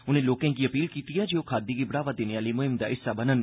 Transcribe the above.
उनें लोकें गी अपील कीती जे ओह् खादी गी बढ़ावा देने आहली मुहिम दा हिस्सा बनन